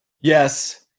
Yes